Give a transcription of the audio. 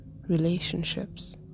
relationships